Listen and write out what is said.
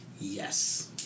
Yes